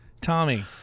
Tommy